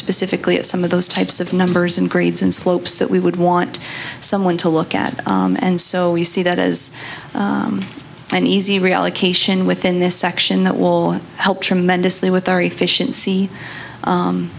specifically at some of those types of numbers and grades and slopes that we would want someone to look at and so we see that as an easy reallocation within this section that will help tremendously with our efficiency